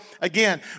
again